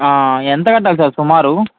ఎంత కట్టాలి సార్ సుమారు